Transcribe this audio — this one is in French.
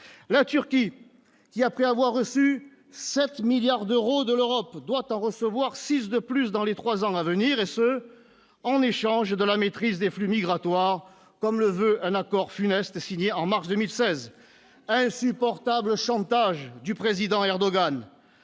la Turquie, qui après avoir reçu 7 milliards d'euros de l'Europe doit en recevoir 6 de plus dans les 3 ans à venir, et ce en échange de la maîtrise des flux migratoires, comme le veut un accord funeste signé en mars 2016 insupportable chantage du président Erdogan